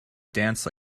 dance